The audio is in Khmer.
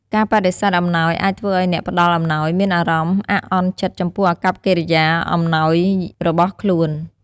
ការបដិសេធអំណោយអាចធ្វើឲ្យអ្នកផ្តល់អំណោយមានអារម្មណ៍អាក់អន់ចិត្តចំពោះអាកប្បកិយាអំណោយរបស់ខ្លួន។